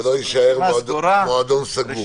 שלא יישאר מועדון סגור.